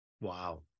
Wow